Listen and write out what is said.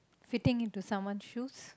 fitting into someone's shoes